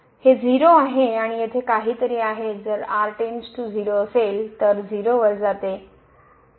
हे 0 आहे आणि येथे काहीतरी आहे जर असेल तर 0 वर जाते